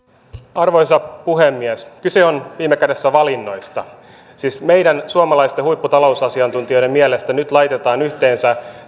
arvoisa puhemies kyse on viime kädessä valinnoista siis meidän suomalaisten huipputalousasiantuntijoiden mielestä nyt laitetaan yhteensä